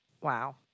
Wow